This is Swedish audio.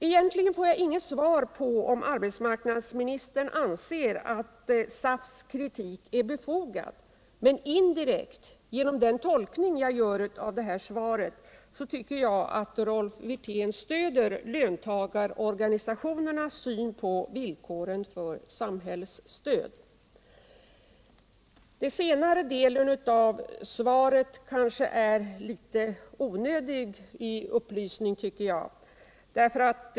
Egentligen får jag inget svar på frågan om arbetsmarknadsministern anser att SAF:s kritik är befogad, men indirekt kommer jag fram till — genom den tolkning jag gör av svaret — att Rolf Wirtén stöder löntagarorganisationernas syn på villkoren för samhällsstöd. Den scnare delen av interpellationssvaret tycker jag innehåller en litet onödig upplysning.